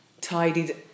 tidied